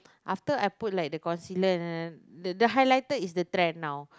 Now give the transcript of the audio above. after I put like the concealer and then the highlighter is the trend now